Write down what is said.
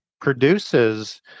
produces